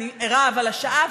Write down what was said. אני ערה לשעה.